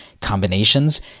combinations